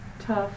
tough